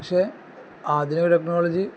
പക്ഷേ ആധുനിക ടെക്നോളജി